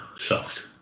soft